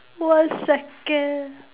one second